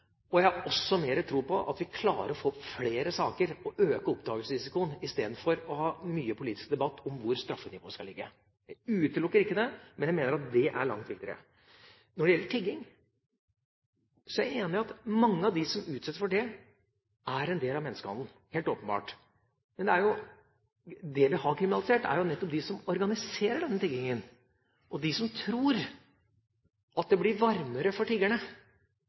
Jeg har også mer tro på at vi klarer å få opp flere saker og øke risikoen for oppdagelse, istedenfor å ha mye politisk debatt om hvor straffenivået skal ligge. Jeg utelukker det ikke, men jeg mener at det er langt viktigere. Når det gjelder tigging, er jeg enig i at mange av dem som utsettes for det, er en del av en menneskehandel – helt åpenbart. Men de vi har kriminalisert, er dem som organiserer denne tiggingen. De som tror at det blir varmere for